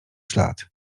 ślad